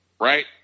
right